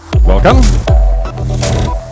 Welcome